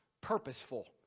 purposeful